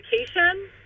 education